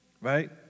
right